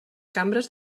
cambres